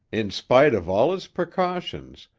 in spite of all his precautions,